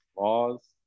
laws